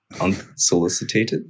unsolicited